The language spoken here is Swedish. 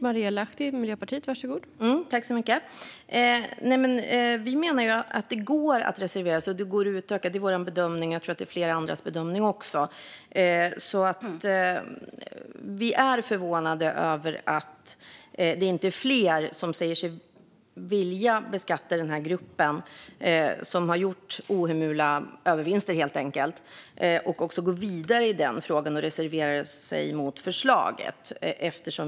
Fru talman! Vi menar att det går att reservera sig. Det är vår bedömning, och jag tror att det också är flera andras bedömning. Vi är förvånade över att inte fler säger sig vilja beskatta gruppen som har gjort ohemula övervinster, gå vidare i frågan och reservera sig mot förslaget.